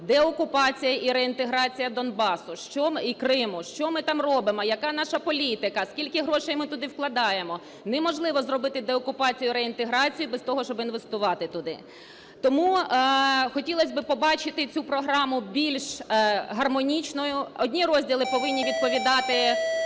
деокупація і реінтеграція Донбасу і Криму, що ми там робимо, яка наша політика, скільки грошей ми туди вкладаємо. Неможливо зробити деокупацію і реінтеграцію без того, щоб інвестувати туди. Тому хотілось би побачити цю програму більш гармонічною, одні розділи повинні відповідати